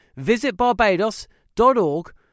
visitbarbados.org